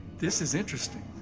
this is interesting.